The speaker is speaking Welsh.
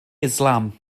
islam